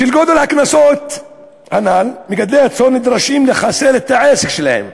בשל גודל הקנסות הנ"ל מגדלי הצאן נדרשים לחסל את העסק שלהם.